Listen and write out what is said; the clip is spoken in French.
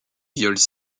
violent